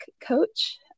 coach